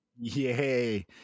yay